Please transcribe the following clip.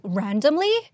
randomly